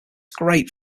great